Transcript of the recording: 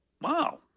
wow